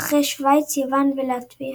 אחרי שווייץ, יוון ולטביה.